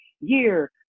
year